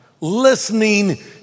Listening